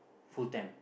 full time